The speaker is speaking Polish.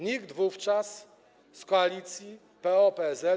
Nikt wówczas z koalicji PO-PSL.